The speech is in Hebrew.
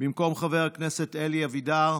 במקום חבר הכנסת אלי אבידר,